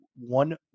One